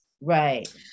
Right